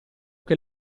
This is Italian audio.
che